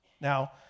Now